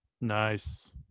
Nice